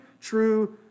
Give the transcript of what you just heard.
true